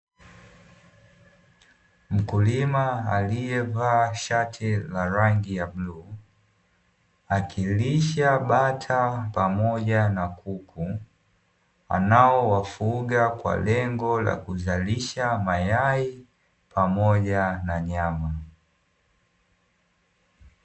Mkulima aliyevaa shati la rangi ya bluu, akilisha bata pamoja na kuku anaowafuga kwa lengo la kuzalisha mayai pamoja na nyama.